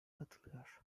katılıyor